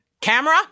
Camera